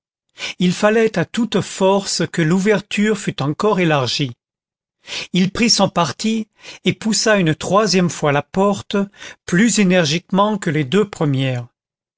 il fallait à toute force que l'ouverture fût encore élargie il prit son parti et poussa une troisième fois la porte plus énergiquement que les deux premières